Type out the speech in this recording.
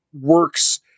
works